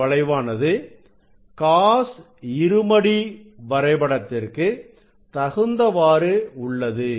இந்த வளைவானது cos இருமடி வரைபடத்திற்கு தகுந்தவாறு உள்ளது